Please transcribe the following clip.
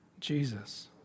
Jesus